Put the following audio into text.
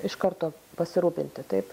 iš karto pasirūpinti taip